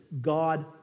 God